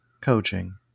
coaching